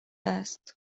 است